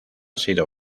sido